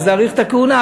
אז להאריך את הכהונה.